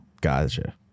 Gotcha